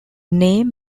name